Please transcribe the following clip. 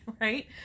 Right